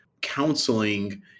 counseling